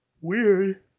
Weird